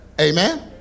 Amen